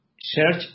search